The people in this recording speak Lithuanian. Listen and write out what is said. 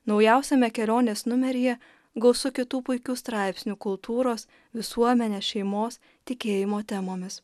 naujausiame kelionės numeryje gausu kitų puikių straipsnių kultūros visuomenės šeimos tikėjimo temomis